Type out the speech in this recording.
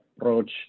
approach